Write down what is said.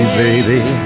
baby